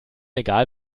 egal